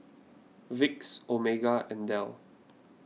Vicks Omega and Dell